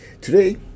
Today